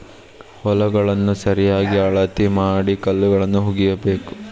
ಹೊಲಗಳನ್ನಾ ಸರಿಯಾಗಿ ಅಳತಿ ಮಾಡಿ ಕಲ್ಲುಗಳು ಹುಗಿಬೇಕು